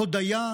"הודיה"